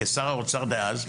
שר האוצר דאז,